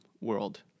world